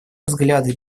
взгляды